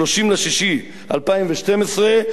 30 ביוני 2012,